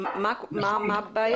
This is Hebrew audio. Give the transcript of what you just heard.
מה הבעיה?